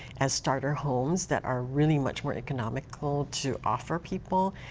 and starter homes that are really much more economical to offer people.